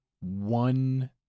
one